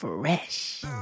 Fresh